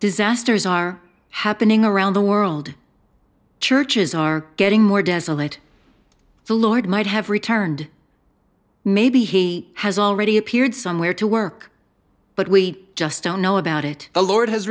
disasters are happening around the world churches are getting more desolate the lord might have returned maybe he has already appeared somewhere to work but we just don't know about it the lord has